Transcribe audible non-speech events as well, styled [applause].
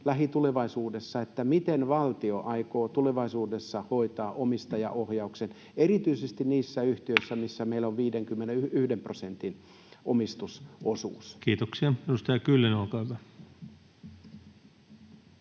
lähitulevaisuudessa. Eli miten valtio aikoo tulevaisuudessa hoitaa omistajaohjauksen, erityisesti niissä yhtiöissä, [noise] missä meillä on 51 prosentin omistusosuus? Kiitoksia. — Edustaja Kyllönen, olkaa hyvä.